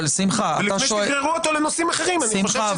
לפני שתגררו אותו לנושאים אחרים --- שמחה,